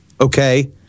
Okay